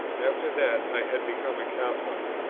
after that i had become a catholic?